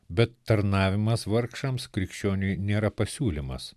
bet tarnavimas vargšams krikščioniui nėra pasiūlymas